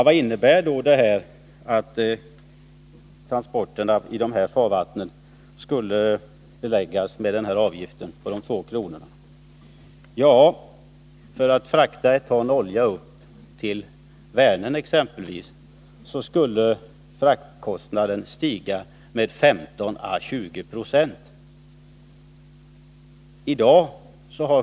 Vad skulle då en sådan här avgift innebära? Fraktkostnaden för ett ton olja upp till Vänern skulle stiga med 15 å 20 96.